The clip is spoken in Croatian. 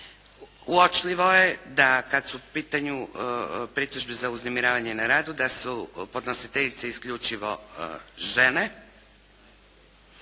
Uočljivo je da kada su u pitanju pritužbe za uznemiravanje na radu da su podnositeljice isključivo žene.